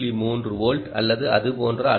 3 volt அல்லது அது போன்ற அளவு